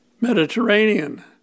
Mediterranean